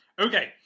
Okay